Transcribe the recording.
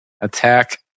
Attack